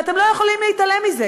ואתם לא יכולים להתעלם מזה.